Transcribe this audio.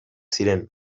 ziren